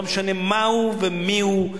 לא משנה מהו ומיהו,